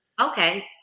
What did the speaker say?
Okay